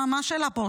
מה השאלה פה,